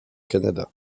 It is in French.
canada